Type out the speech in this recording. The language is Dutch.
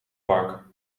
park